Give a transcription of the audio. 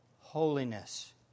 Holiness